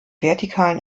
vertikalen